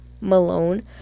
Malone